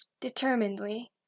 determinedly